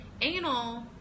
anal